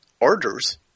orders